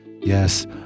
Yes